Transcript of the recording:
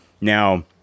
Now